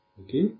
Okay